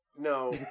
No